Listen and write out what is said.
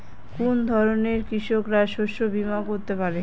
কোন ধরনের কৃষকরা শস্য বীমা করতে পারে?